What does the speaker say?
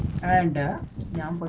and i